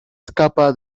escapa